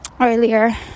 earlier